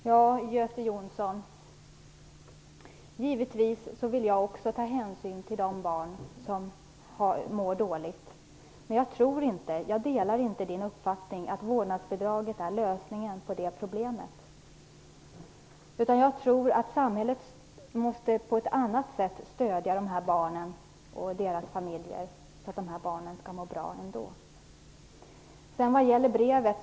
Fru talman! Jag vill givetvis också ta hänsyn till de barn som mår dåligt, Göte Jonsson. Men jag delar inte Göte Jonssons uppfattning att vårdnadsbidraget är lösningen på det problemet. Jag tror att samhället måste stödja dessa barn och deras familjer på något annat sätt, så att dessa barn skall må bra ändå.